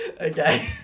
Okay